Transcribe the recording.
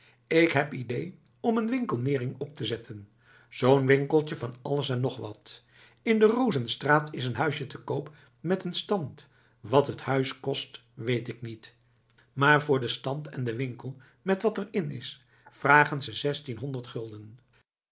ik heb idee om een winkelnering op te zetten zoo'n winkeltje van alles en nog wat in de rozenstraat is een huisje te koop met een stand wat het huis kost weet ik niet maar voor den stand en den winkel met wat er in is vragen ze zestien honderd gulden